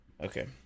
Okay